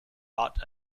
art